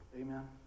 Amen